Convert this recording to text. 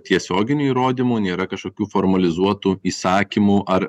tiesioginių įrodymų nėra kažkokių formalizuotų įsakymų ar